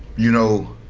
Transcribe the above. you know